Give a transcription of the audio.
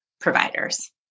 providers